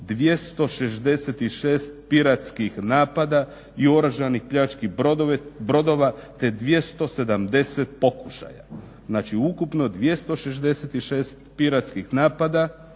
266 piratskih napada i oružanih pljački brodova, te 270 pokušaja", znači ukupno 266 piratskih napada